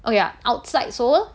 oh ya outside Seoul